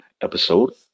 episode